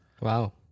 Wow